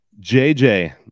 JJ